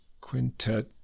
Quintet